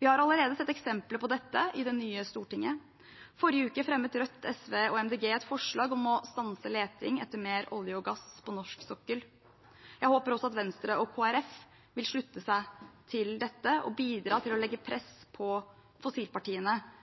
Vi har allerede sett eksempler på dette i det nye stortinget. I forrige uke fremmet Rødt, SV og Miljøpartiet De Grønne et forslag om å stanse leting etter mer olje og gass på norsk sokkel. Jeg håper også at Venstre og Kristelig Folkeparti vil slutte seg til dette og bidra til å legge press på fossilpartiene